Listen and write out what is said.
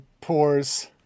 pours